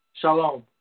Shalom